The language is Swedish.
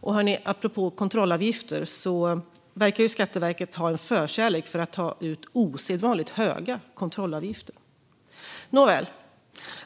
Och apropå kontrollavgifter: Skatteverket verkar dessutom ha en förkärlek för att ta ut osedvanligt höga sådana. Nåväl,